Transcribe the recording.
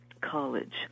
College